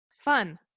Fun